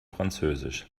französisch